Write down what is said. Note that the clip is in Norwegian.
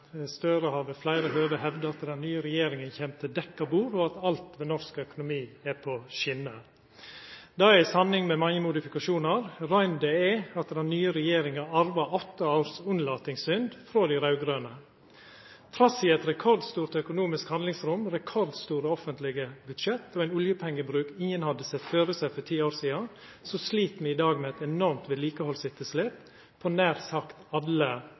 Støre har ved fleire høve hevda at den nye regjeringa kjem til dekt bord, og at alt ved norsk økonomi går på skjener. Det er ei sanning med mange modifikasjonar. Røynda er at den nye regjeringa arva åtte års unnlatingssynd frå dei raud-grøne. Trass i eit rekordstort økonomisk handlingsrom, rekordstore offentlege budsjett og ein oljepengebruk ingen hadde sett føre seg for ti år sidan, slit me i dag med eit enormt vedlikehaldsetterslep i nær sagt alle